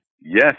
Yes